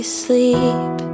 sleep